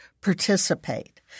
participate